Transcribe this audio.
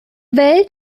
welt